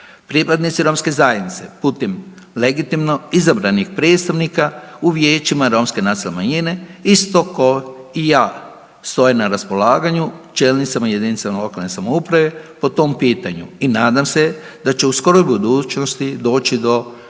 Pripadnici romske zajednice putem legitimno izabranih predstavnika u vijećima romske nacionalne manjine isto ko i ja stoje na raspolaganju čelnicima jedinica lokalne samouprave po tom pitanju i nadam se da će u skoroj budućnosti doći